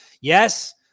yes